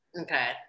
okay